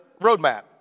roadmap